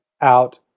out